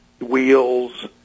wheels